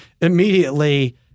immediately